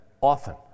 Often